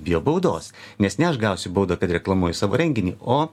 bijo baudos nes ne aš gausiu baudą kad reklamuoju savo renginį o